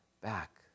back